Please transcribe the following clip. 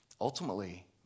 Ultimately